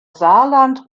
saarland